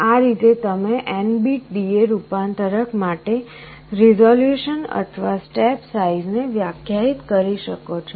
આ રીતે તમે N બીટ DA રૂપાંતરક માટે રીઝોલ્યુશન અથવા સ્ટેપ સાઈઝ ને વ્યાખ્યાયિત કરી શકો છો